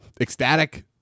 Ecstatic